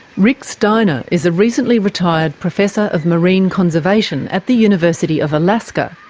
rick steiner is a recently retired professor of marine conservation at the university of alaska.